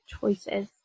choices